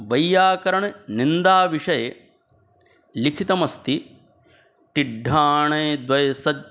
वैयाकरणनिन्दाविषये लिखितम्स्ति टिड्ढणन्ग्द्वयस्